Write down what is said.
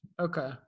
Okay